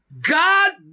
God